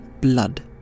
blood